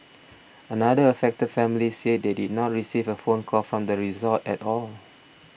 another affected family said they did not receive a phone call from the resort at all